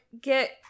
get